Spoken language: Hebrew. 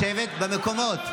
לשבת במקומות.